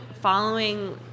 following